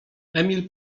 emil